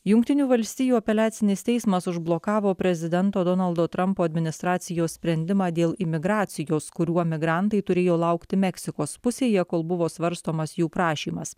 jungtinių valstijų apeliacinis teismas užblokavo prezidento donaldo trampo administracijos sprendimą dėl imigracijos kuriuo migrantai turėjo laukti meksikos pusėje kol buvo svarstomas jų prašymas